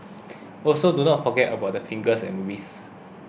also do not forget about the fingers and wrists